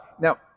now